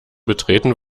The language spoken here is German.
betreten